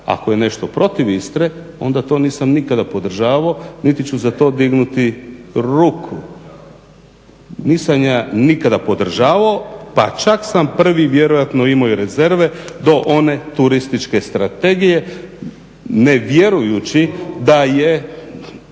Ako je nešto protiv Istre onda to nisam nikada podržavao niti ću za to dignuti ruku. Nisam ja nikada podržavao pa čak sam prvi vjerojatno imao rezerve do one turističke strategije, ne vjerujući da je